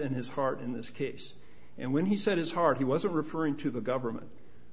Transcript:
and his heart in this case and when he said his heart he wasn't referring to the government